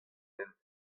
hent